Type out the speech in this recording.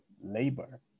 labor